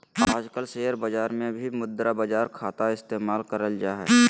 आजकल शेयर बाजार मे भी मुद्रा बाजार खाता इस्तेमाल करल जा हय